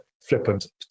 flippant